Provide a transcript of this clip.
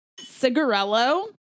cigarello